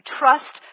trust